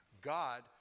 God